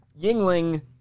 Yingling